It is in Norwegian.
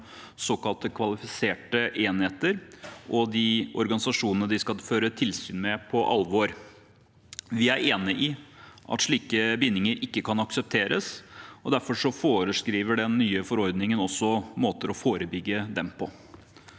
såkalte kvalifiserte enheter og de organisasjonene de skal føre tilsyn med, på alvor. Vi er enig i at slike bindinger ikke kan aksepteres, og derfor foreskriver den nye forordningen også måter å forebygge dem på.